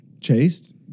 Chased